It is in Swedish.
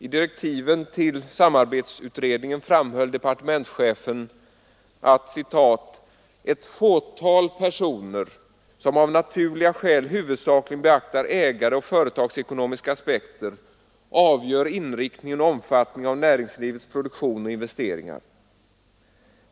I direktiven till samarbetsutredningen framhöll departementschefen att ”ett fåtal personer, som av naturliga skäl huvudsakligen beaktar ägareoch företagsekonomiska aspekter, avgör inriktningen och omfattningen av näringslivets produktion och investeringar.